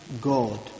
God